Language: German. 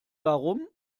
warum